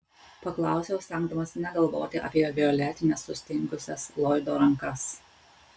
paklausiau stengdamasi negalvoti apie violetines sustingusias loydo rankas